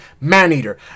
Maneater